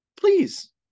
Please